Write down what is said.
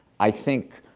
i think,